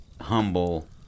humble